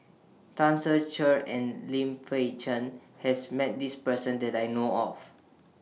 Tan Ser Cher and Lim Fei Shen has Met This Person that I know of